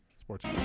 Sports